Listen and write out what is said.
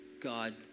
God